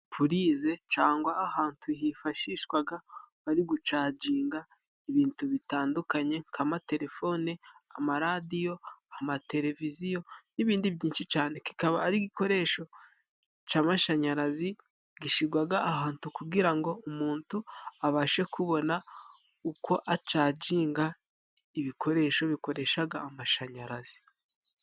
Purize cangwa ahantu hifashishwaga bari gucaginga ibintu bitandukanye, nk'amatelefone amaradiyo amateleviziyo n'ibindi byinshi cane, kikaba ari igikoresho c'amashanyarazi gishigwaga ahantu, kugira ngo umuntu abashe kubona uko acaginga ibikoresho bikoreshaga amashanyarazi.